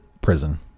Prison